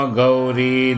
Gauri